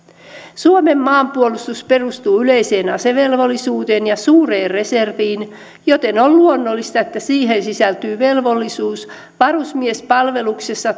suomen maanpuolustus perustuu yleiseen asevelvollisuuteen ja suureen reserviin joten on luonnollista että siihen sisältyy velvollisuus varusmiespalveluksessa